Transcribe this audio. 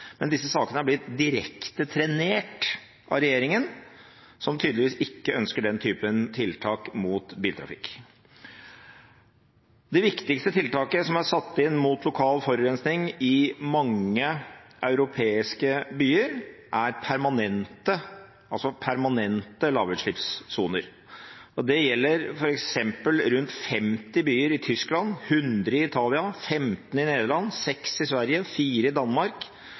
men disse sakene har blitt direkte trenert av regjeringen, som tydeligvis ikke ønsker den typen tiltak mot biltrafikk. Det viktigste tiltaket som er satt inn mot lokal forurensning i mange europeiske byer, er permanente lavutslippssoner. Det gjelder f.eks. rundt 50 byer i Tyskland, 100 i Italia, 15 i Nederland, 6 i Sverige, 4 i Danmark